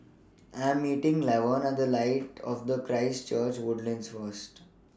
I Am meeting Laverne At The Light of Christ Church Woodlands First